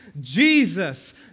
Jesus